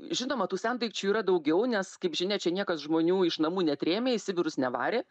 žinoma tų sendaikčių yra daugiau nes kaip žinia čia niekas žmonių iš namų netrėmė į sibirus nevarė